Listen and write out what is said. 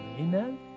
Amen